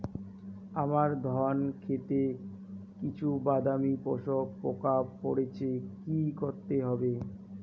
আমার ধন খেতে কিছু বাদামী শোষক পোকা পড়েছে কি করতে হবে?